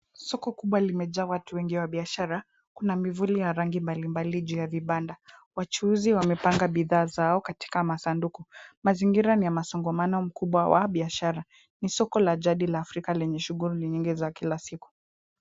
Soko kubwa limejaa watu wengi wa biashara kuna mivuli ya rangi mbalimbali juu ya vibanda, wachuuzi wamepanaga bidhaa zao katika masanduku, mazingira ni ya masongamano mkubwa wa biashara, ni soko la jadi la Afrika lenye shughuli nyingi za kila siku.